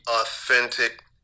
authentic